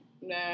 No